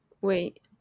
Wait